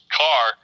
car